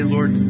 Lord